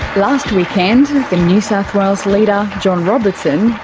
last weekend the new south wales leader, john robertson,